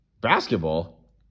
Basketball